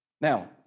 Now